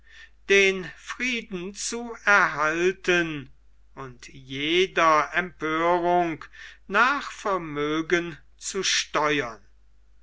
den frieden zu erhalten und jeder empörung nach vermögen zu steuern